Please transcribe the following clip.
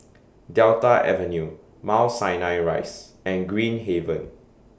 Delta Avenue Mount Sinai Rise and Green Haven